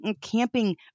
Camping